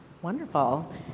Wonderful